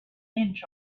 inch